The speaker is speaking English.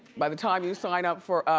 by the time you sign up for.